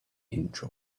inch